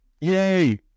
yay